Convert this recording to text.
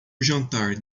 jantar